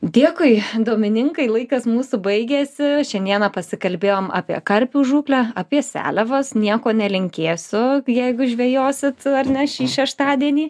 dėkui domininkai laikas mūsų baigėsi šiandieną pasikalbėjom apie karpių žūklę apie seliavas nieko nelinkėsiu jeigu žvejosit ar ne šį šeštadienį